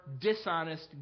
dishonest